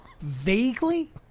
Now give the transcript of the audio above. Vaguely